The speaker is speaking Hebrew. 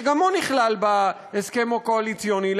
שגם הוא נכלל בהסכם הקואליציוני,